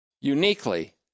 uniquely